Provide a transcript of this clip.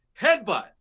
Headbutt